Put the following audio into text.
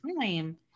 time